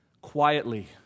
quietly